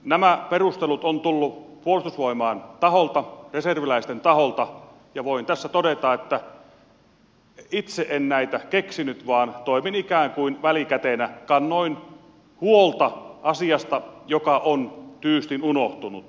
nämä perustelut ovat tulleet puolustusvoimain taholta reserviläisten taholta ja voin tässä todeta että itse en näitä keksinyt vaan toimin ikään kuin välikätenä kannoin huolta asiasta joka on tyystin unohtunut